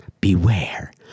beware